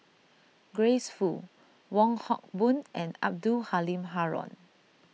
Grace Fu Wong Hock Boon and Abdul Halim Haron